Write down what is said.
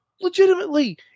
legitimately